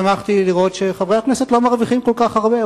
שמחתי לראות שחברי הכנסת לא מרוויחים כל כך הרבה,